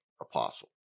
apostle